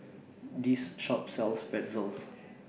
This Shop sells Pretzels